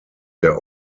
der